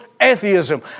atheism